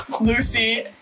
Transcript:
Lucy